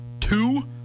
Two